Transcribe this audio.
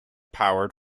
powered